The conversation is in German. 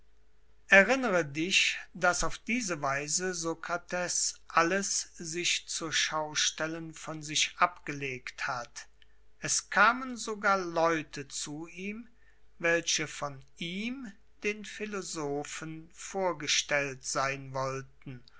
erinnere dich daß auf diese weise sokrates alles sich zur schau stellen von sich abgelegt hat es kamen sogar leute zu ihm welche von ihm den philosophen vorgestellt sein wollten